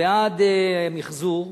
ובעד מיחזור